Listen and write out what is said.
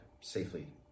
safely